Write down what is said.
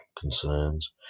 concerns